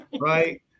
right